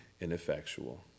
ineffectual